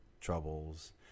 troubles